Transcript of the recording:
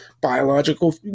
biological